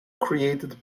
created